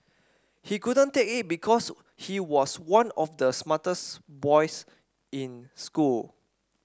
he couldn't take it because he was one of the smartest boys in school